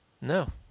No